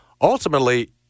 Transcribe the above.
ultimately